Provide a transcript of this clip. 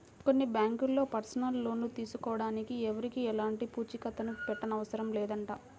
కొన్ని బ్యాంకుల్లో personal loan తీసుకోడానికి ఎవరికీ ఎలాంటి పూచీకత్తుని పెట్టనవసరం లేదంట